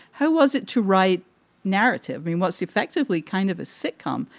how was it to write narrative? i mean, what's effectively kind of a sitcom?